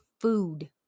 food